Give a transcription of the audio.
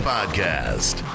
Podcast